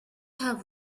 have